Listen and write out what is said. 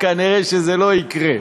כנראה זה לא יקרה.